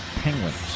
Penguins